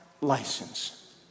license